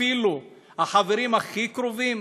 אפילו החברים הכי קרובים,